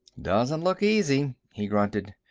doesn't look easy, he grunted.